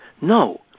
No